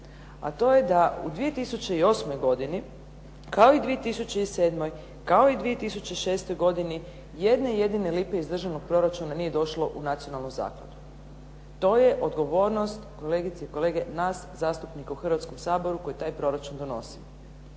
a to je da u 2008. godini kao i 2007., kao i 2006. godini jedne jedine lipe iz državnog proračuna nije došlo u nacionalnu zakladu. To je odgovornost kolegice i kolege nas zastupnika u Hrvatskom saboru koji taj proračun donosimo.